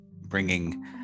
bringing